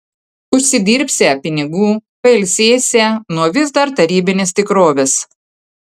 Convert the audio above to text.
užsidirbsią pinigų pailsėsią nuo vis dar tarybinės tikrovės